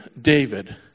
David